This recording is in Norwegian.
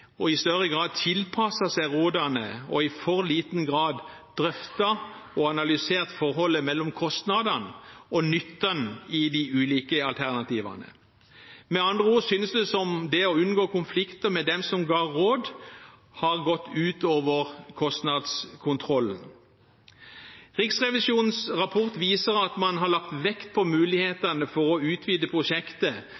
og i større grad tilpasset seg rådene, og i for liten grad har drøftet og analysert forholdet mellom kostnadene og nytten i de ulike alternativene. Med andre ord synes det som om det å unngå konflikter med dem som ga råd, har gått ut over kostnadskontrollen. Riksrevisjonens rapport viser at man har lagt vekt på